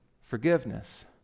forgiveness